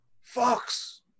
Fox